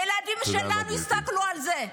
הילדים שלנו יסתכלו על זה,